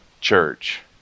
church